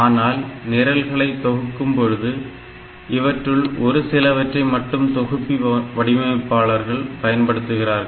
ஆனால் நிரல்களை தொகுக்கும் பொழுது இவற்றுள் ஒரு சிலவற்றை மட்டுமே தொகுப்பி வடிவமைப்பாளர்கள் பயன்படுத்துகிறார்கள்